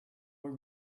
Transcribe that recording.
what